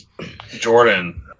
Jordan